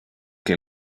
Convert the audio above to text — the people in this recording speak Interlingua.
que